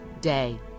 day